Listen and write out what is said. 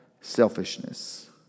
selfishness